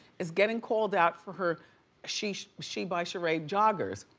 is getting called out for her she she by sheree joggers.